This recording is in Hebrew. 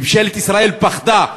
ממשלת ישראל פחדה.